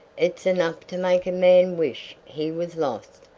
it's enough to make a man wish he was lost,